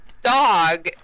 dog